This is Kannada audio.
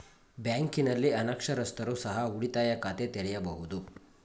ಬ್ಯಾಂಕಿನಲ್ಲಿ ಅನಕ್ಷರಸ್ಥರು ಸಹ ಉಳಿತಾಯ ಖಾತೆ ತೆರೆಯಬಹುದು?